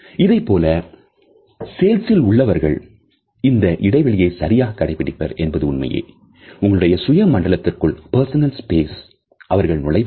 இதைப்போலவே சேல்ஸ் இல் உள்ளவர்கள் இந்த இடைவெளியை சரியாக கடைபிடிப்பர் என்பது உண்மையே உங்களுடைய சுய மண்டலத்திற்குள் அவர்கள் நுழைவதில்லை